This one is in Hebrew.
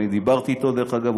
אני דיברתי אתו, דרך אגב.